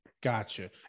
Gotcha